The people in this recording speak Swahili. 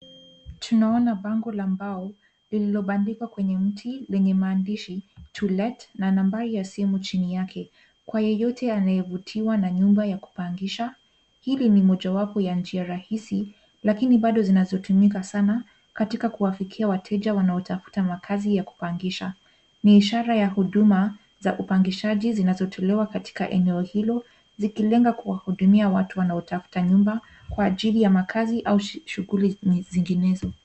Tunaona bango la mbao lililobandika kwenye mti lenye maandishi to let na nambari ya simu chini yake. Kwa yeyote anayevutiwa na nyumba ya kupangisha ili ni mojawapo ya njia rahisi lakini bado zinazotumika sana katika kuafikia wateja wanaotafuta makazi ya kupangisha. Ni ishara ya huduma za upangishaji zinazotolewa katika eneo hilo, zikilenga kuwahudumia watu wanaotafuta nyumba kwa ajili ya makazi au shughuli zinginezo.